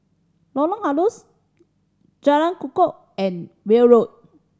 Lorong Halus Jalan Kukoh and Welm Road